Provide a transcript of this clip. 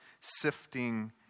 sifting